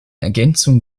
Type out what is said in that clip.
ergänzung